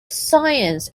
science